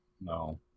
no